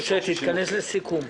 משה, תתכנס לסיכום.